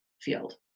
field